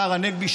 השר הנגבי,